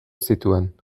zituen